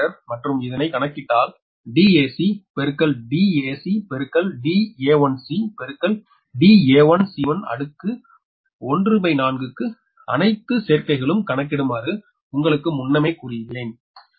015 metre மற்றும் இதனை கணக்கிட்டால் dac dac1 da1c da1c1 அடுக்கு ¼ க்கு அணைத்து சேர்க்கைகளும் கணக்கிடுமாறு உங்களுக்கு முன்னமே கூறியுள்ளேன்